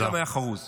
זה גם היה חרוז.